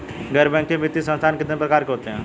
गैर बैंकिंग वित्तीय संस्थान कितने प्रकार के होते हैं?